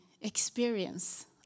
experience